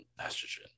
estrogen